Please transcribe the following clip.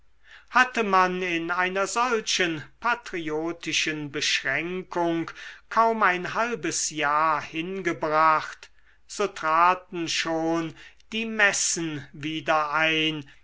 hatte man in einer solchen patriotischen beschränkung kaum ein halbes jahr hingebracht so traten schon die messen wieder ein